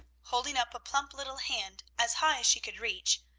holding up a plump little hand as high as she could reach.